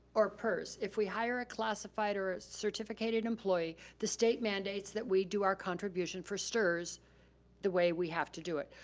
or prs, if we hire a classified or a certificated employee, the state mandates that we do our contribution for strs the way we have to do it.